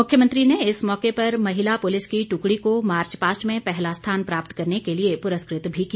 मुख्यमंत्री ने इस मौके पर महिला पुलिस की टुकडी को मार्चपास्ट में पहला स्थान प्राप्त करने के लिए पुरस्कृत भी किया